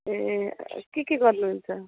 ए के के गर्नुहुन्छ